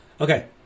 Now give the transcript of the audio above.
Okay